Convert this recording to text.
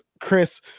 Chris